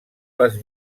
les